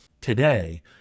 Today